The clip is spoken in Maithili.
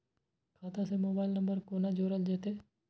खाता से मोबाइल नंबर कोना जोरल जेते?